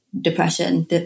depression